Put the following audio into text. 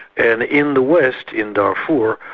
and in the west, in darfur,